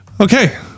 okay